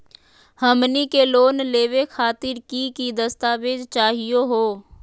हमनी के लोन लेवे खातीर की की दस्तावेज चाहीयो हो?